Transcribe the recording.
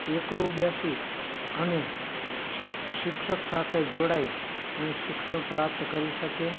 એકલું બેસી અને શિ શિક્ષક સાથે જોડાઈ અને શિક્ષણ પ્રાપ્ત કરી શકે